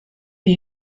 the